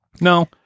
No